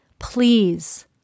please